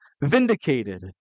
vindicated